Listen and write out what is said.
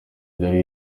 byari